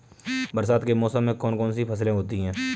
बरसात के मौसम में कौन कौन सी फसलें होती हैं?